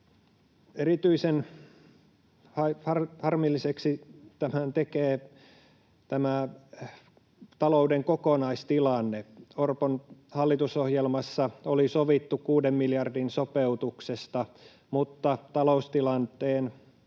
Erityisen harmilliseksi tämän tekee tämä talouden kokonaistilanne. Orpon hallitusohjelmassa oli sovittu kuuden miljardin sopeutuksesta, mutta taloustilanteen